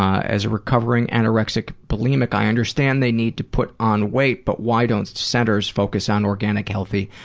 as a recovering anorexic bulimic, i understand they need to put on weight but why don't centers focus on organic, healthy,